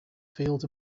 fields